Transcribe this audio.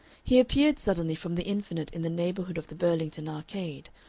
he appeared suddenly from the infinite in the neighborhood of the burlington arcade,